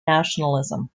nationalism